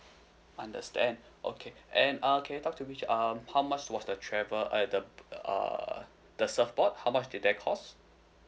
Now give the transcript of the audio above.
understand okay and uh can you talk to me um how much was the travel uh the uh the surfboard how much did that cost